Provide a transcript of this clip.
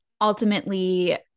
Ultimately